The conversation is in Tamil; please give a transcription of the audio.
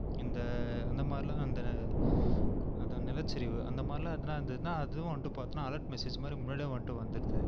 இந்த அந்தமாதிரிலாம் அந்த அதுதான் நிலச்சரிவு அந்தமாதிரிலாம் இருந்துதுனால் அதுனால் அதுவும் வந்துட்டு பார்த்தீனா அலாட் மெசேஜ் மாதிரி முன்னாடியே வந்துட்டு வந்துவிடுது